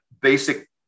basic